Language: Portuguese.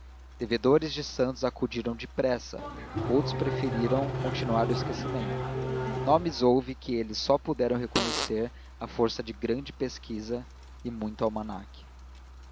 devedores de santos acudiram depressa outros preferiram continuar o esquecimento nomes houve que eles só puderam reconhecer à força de grande pesquisa e muito almanaque